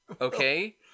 okay